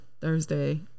Thursday